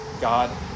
God